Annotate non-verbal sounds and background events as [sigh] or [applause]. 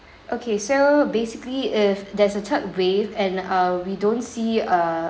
[breath] okay so basically if there's a third wave and uh we don't see a